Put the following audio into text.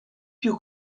più